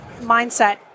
mindset